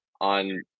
on